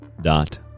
dot